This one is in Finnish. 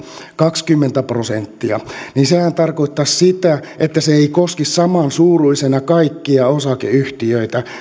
kaksikymmentä prosenttia niin sehän tarkoittaisi sitä että se ei koskisi samansuuruisena kaikkia osakeyhtiöitä